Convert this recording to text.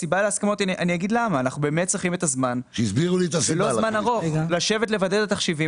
אנחנו באמת צריכים את הזמן כדי לשבת ולוודא את התחשיבים